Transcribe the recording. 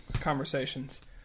conversations